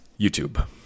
YouTube